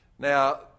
Now